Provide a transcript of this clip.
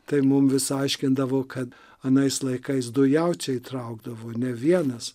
tai mum vis aiškindavo kad anais laikais du jaučiai traukdavo ne vienas